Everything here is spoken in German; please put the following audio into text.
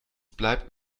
bleibt